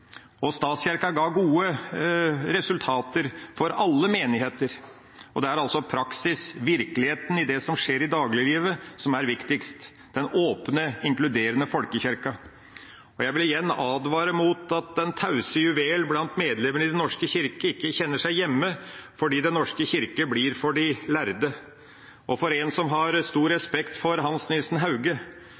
ga gode resultater for alle menigheter. Det er altså praksisen, virkeligheten i det som skjer i dagliglivet, som er viktigst – den åpne, inkluderende folkekirken. Jeg vil igjen advare mot at den tause juvel blant medlemmene av Den norske kirke ikke kjenner seg hjemme, fordi Den norske kirke blir for de lærde. Og for meg, som har stor respekt for Hans Nielsen Hauge